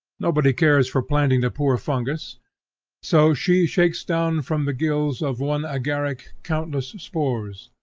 nobody cares for planting the poor fungus so she shakes down from the gills of one agaric countless spores,